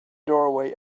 doorway